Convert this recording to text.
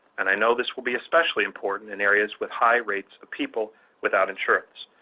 and i know this will be especially important in areas with high rates of people without insurance.